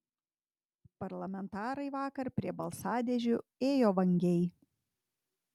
parlamentarai vakar prie balsadėžių ėjo vangiai